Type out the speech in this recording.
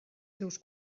seus